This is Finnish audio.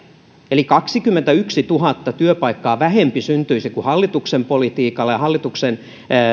eli kaksikymmentätuhatta työpaikkaa vähemmän syntyisi kuin hallituksen politiikalla ja hallituksen